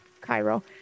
Cairo